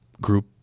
group